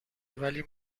ولی